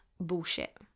Bullshit